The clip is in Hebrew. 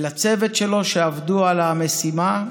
ולצוות שלו שעבדו על המשימה,